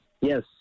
Yes